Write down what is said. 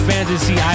Fantasy